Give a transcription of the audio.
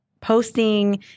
posting